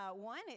One